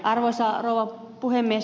arvoisa rouva puhemies